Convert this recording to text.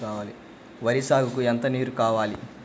వరి సాగుకు ఎంత నీరు కావాలి?